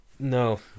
No